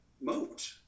moat